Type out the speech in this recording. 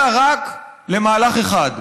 אלא רק למהלך אחד,